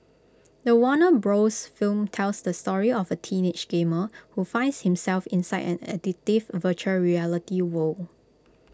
the Warner bros film tells the story of A teenage gamer who finds himself inside an addictive Virtual Reality world